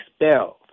expelled